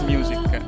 Music